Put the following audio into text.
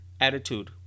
attitude